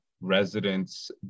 residents